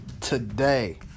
today